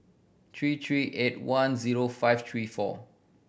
three three eight one zero five three four